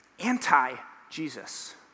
anti-Jesus